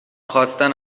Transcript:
خواستن